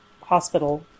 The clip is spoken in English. hospital